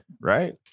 right